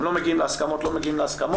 אם לא מגיעים להסכמות בוררות.